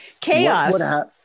Chaos